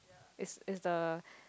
it's it's the